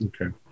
Okay